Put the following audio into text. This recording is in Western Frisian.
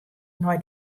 nei